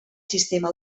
sistema